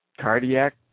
cardiac